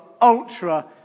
ultra